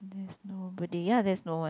there's nobody ya there's no one